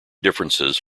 differences